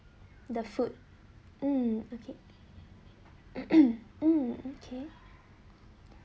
the food um okay um okay